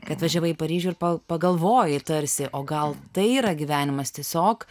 kai atvažiavai į paryžių ir pagalvoji tarsi o gal tai yra gyvenimas tiesiog